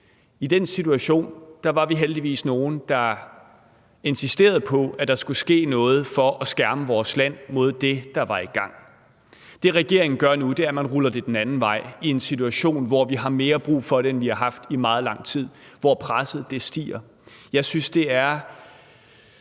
I den situation var vi heldigvis nogle, der insisterede på, at der skulle ske noget for at skærme vores land mod det, der var i gang. Det, regeringen gør nu, er, at man ruller det den anden vej i en situation, hvor vi har mere brug for det, end vi har haft i meget lang tid, og hvor presset stiger. Jeg synes, det er